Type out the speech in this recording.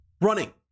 running